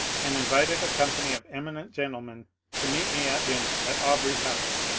and invited a company of eminent gentlemen to meet me at dinner at aubrey house,